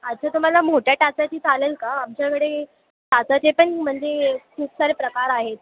अच्छा तुम्हाला मोठ्या टाचाची चालेल का आमच्याकडे टाचाचे पण म्हणजे खूप सारे प्रकार आहेत